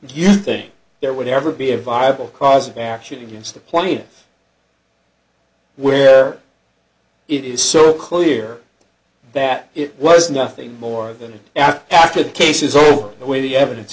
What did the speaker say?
you think there would ever be a viable cause of action against the plant where it is so clear that it was nothing more than after the case is over the way the evidence